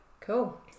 Cool